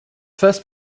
first